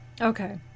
Okay